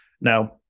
Now